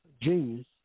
genius